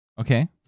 Okay